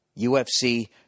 UFC